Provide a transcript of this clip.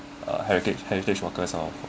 a heritage heritage workers of